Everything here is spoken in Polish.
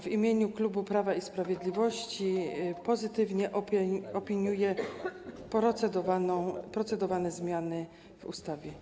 W imieniu klubu Prawa i Sprawiedliwości pozytywnie opiniuję procedowane zmiany w ustawie.